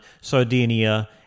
Sardinia